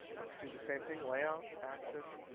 let's do the same thing layout, axis,